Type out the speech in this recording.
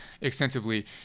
extensively